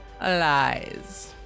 lies